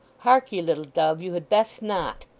harkye, little dove, you had best not.